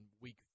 Week